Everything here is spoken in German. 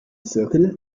zirkel